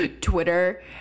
Twitter